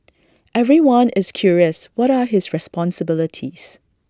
everyone is curious what are his responsibilities